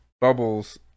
bubbles